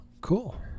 Cool